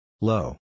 Low